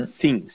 sim